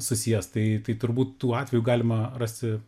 susijęs tai turbūt tų atvejų galima rasti